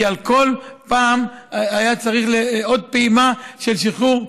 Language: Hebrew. כי על כל פעם היה צריך עוד פעימה של שחרור רוצחים,